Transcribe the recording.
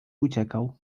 uciekał